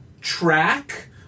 track